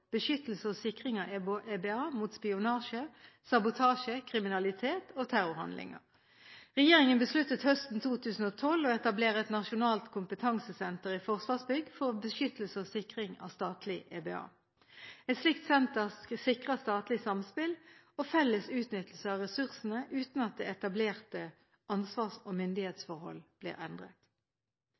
beskyttelse og sikring av EBA mot spionasje, sabotasje, kriminalitet og terrorhandlinger. Regjeringen besluttet høsten 2012 å etablere et nasjonalt kompetansesenter i Forsvarsbygg for beskyttelse og sikring av statlig EBA. Et slikt senter sikrer statlig samspill og felles utnyttelse av ressursene, uten at etablerte ansvars- og myndighetsforhold blir endret.